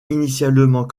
initialement